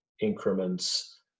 increments